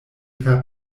per